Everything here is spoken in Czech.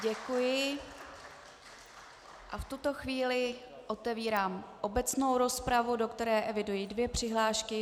Děkuji a v tuto chvíli otevírám obecnou rozpravu, do které eviduji dvě přihlášky.